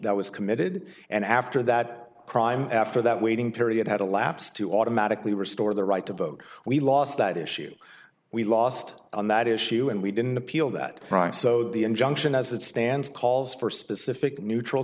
that was committed and after that crime after that waiting period had elapsed to automatically restore their right to vote we lost that issue we lost on that issue and we didn't appeal that right so the injunction as it stands calls for specific neutral